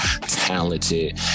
talented